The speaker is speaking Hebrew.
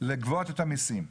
לגבות את המיסים,